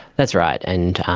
that's right. and,